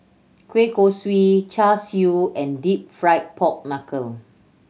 kueh kosui Char Siu and Deep Fried Pork Knuckle